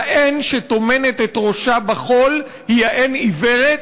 יענה שטומנת את ראשה בחול היא יענה עיוורת,